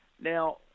now